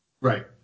Right